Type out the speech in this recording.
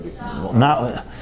Now